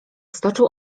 stoczył